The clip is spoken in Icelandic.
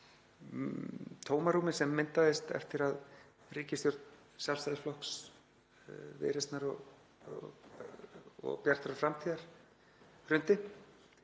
tómarúmi sem myndaðist eftir að ríkisstjórn Sjálfstæðisflokks, Viðreisnar og Bjartrar framtíðar hrundi.